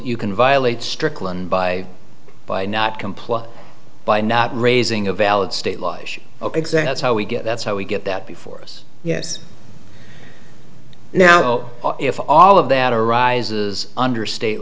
you can violate strickland by by not comply by not raising a valid state laws ok exactly how we get that's how we get that before us yes now if all of that arises under state